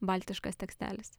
baltiškas tekstelis